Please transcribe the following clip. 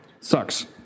sucks